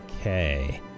Okay